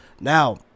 Now